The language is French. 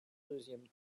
deuxième